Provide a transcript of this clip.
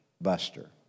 buster